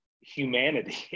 humanity